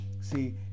see